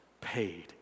paid